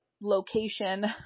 location